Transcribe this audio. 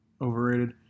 Overrated